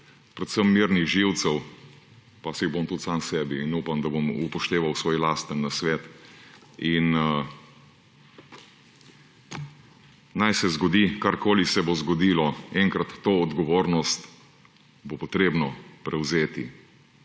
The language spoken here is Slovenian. predvsem mirnih živcev, pa si jih bom tudi sam sebi in upam, da bom upošteval svoj lastni nasvet. Naj se zgodi, karkoli se bo zgodilo. Enkrat bo to odgovornost potrebno prevzeti